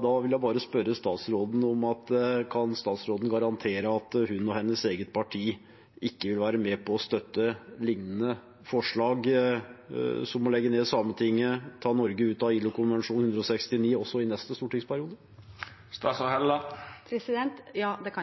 Da vil jeg spørre statsråden om hun kan garantere at hun og hennes eget parti ikke vil være med på å støtte lignende forslag som å legge ned Sametinget og ta Norge ut av ILO-konvensjon nr. 169 også i neste stortingsperiode. Ja, det